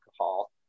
alcohol